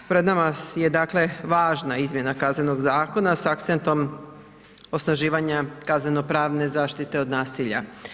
Pred nama je važna izmjena Kaznenog zakona s akcentom osnaživanja kaznenopravne zaštite od nasilja.